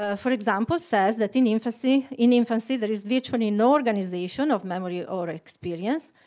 ah for example, says that in infancy in infancy there is virtually no organization of memory or experience,